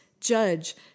judge